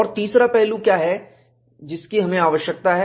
और तीसरा पहलू क्या है जिसकी हमें आवश्यकता है